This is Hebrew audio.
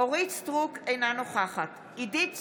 אורית מלכה סטרוק, אינה נוכחת עידית סילמן,